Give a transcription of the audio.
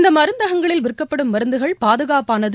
இந்தமருந்தகங்களில் விற்கப்படும் மருந்துகள் பாதுகாப்பானது